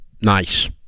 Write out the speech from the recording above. nice